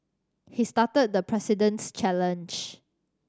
he started the President's challenge